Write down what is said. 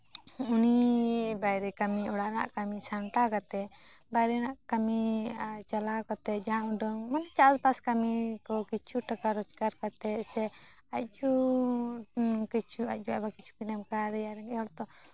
ᱩᱱᱤ ᱵᱟᱭᱨᱮ ᱠᱟᱹᱢᱤ ᱚᱲᱟᱜ ᱨᱮᱱᱟᱜ ᱠᱟᱹᱢᱤ ᱥᱟᱢᱴᱟᱣ ᱠᱟᱛᱮᱜ ᱵᱟᱭᱨᱮ ᱨᱮᱱᱟᱜ ᱠᱟᱹᱢᱤ ᱪᱟᱞᱟᱣ ᱠᱟᱛᱮᱜ ᱡᱟ ᱩᱰᱟᱹᱝ ᱪᱟᱥᱼᱵᱟᱥ ᱠᱟᱹᱢᱤ ᱠᱚ ᱠᱤᱪᱷᱩ ᱴᱟᱠᱟ ᱨᱳᱡᱽᱜᱟᱨ ᱠᱟᱛᱮᱜ ᱥᱮ ᱠᱤᱪᱷᱩ ᱠᱤᱪᱷᱩ ᱟᱡ ᱟᱭᱳ ᱟᱡ ᱵᱟᱵᱟ ᱠᱤᱪᱷᱩ ᱠᱤᱱ ᱮᱢ ᱠᱟᱣᱫᱮᱭᱟ ᱨᱮᱸᱜᱮᱡ ᱦᱚᱲ ᱛᱚ